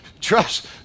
Trust